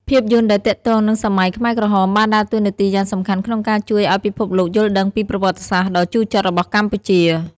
ភាពយន្តដែលទាក់ទងនឹងសម័យខ្មែរក្រហមបានដើរតួនាទីយ៉ាងសំខាន់ក្នុងការជួយឲ្យពិភពលោកយល់ដឹងពី ប្រវត្តិសាស្ត្រដ៏ជូរចត់របស់កម្ពុជា